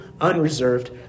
unreserved